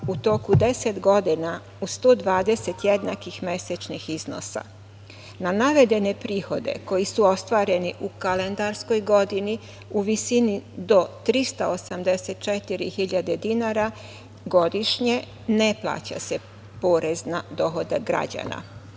u toku 10 godina u 120 jednakih mesečnih iznosa. Na navedene prihode koji su ostvareni u kalendarskoj godini, u visini do 384.000 dinara godišnje ne plaća se porez na dohodak građana. Drago